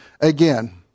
again